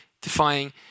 defying